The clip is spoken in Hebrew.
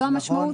זו המשמעות?